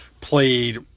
played